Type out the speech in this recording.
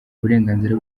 uburenganzira